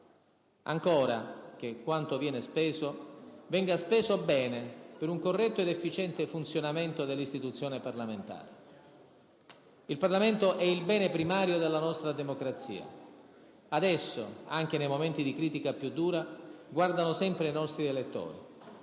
Ancora, che quanto viene speso venga speso bene, per un corretto ed efficiente funzionamento dell'istituzione parlamentare. Il Parlamento è il bene primario della nostra democrazia; ad esso, anche nei momenti di critica più dura, guardano sempre i nostri elettori.